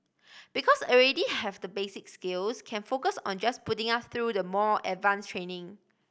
because already have the basic skills can focus on just putting us through the more advance training